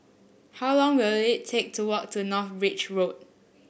how long will it take to walk to North Bridge Road